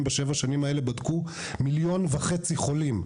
בשבע השנים האלה בדקו מיליון וחצי חולים.